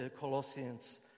Colossians